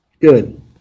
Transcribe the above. Good